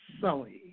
sully